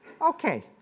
Okay